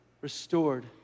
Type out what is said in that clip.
restored